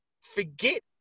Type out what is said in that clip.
forget